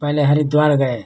पहले हरिद्वार गए